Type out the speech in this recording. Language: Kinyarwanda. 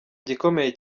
gikomeye